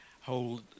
hold